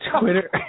Twitter